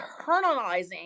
internalizing